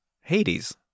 Hades